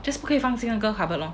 just 不可以放进那个 cupboard lor